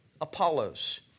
Apollos